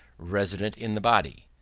resident in the body?